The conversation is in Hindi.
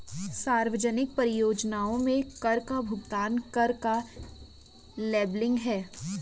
सार्वजनिक परियोजनाओं में कर का भुगतान कर का लेबलिंग है